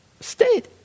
state